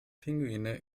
pinguine